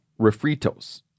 refritos